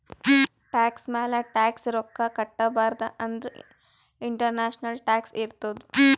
tax ಮ್ಯಾಲ tax ರೊಕ್ಕಾ ಕಟ್ಟಬಾರ್ದ ಅಂತ್ ಇಂಟರ್ನ್ಯಾಷನಲ್ ಟ್ಯಾಕ್ಸ್ ಇರ್ತುದ್